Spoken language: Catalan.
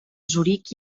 zuric